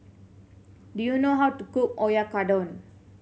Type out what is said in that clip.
do you know how to cook Oyakodon